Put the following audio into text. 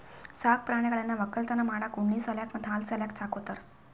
ಸಾಕ್ ಪ್ರಾಣಿಗಳನ್ನ್ ವಕ್ಕಲತನ್ ಮಾಡಕ್ಕ್ ಉಣ್ಣಿ ಸಲ್ಯಾಕ್ ಮತ್ತ್ ಹಾಲ್ ಸಲ್ಯಾಕ್ ಸಾಕೋತಾರ್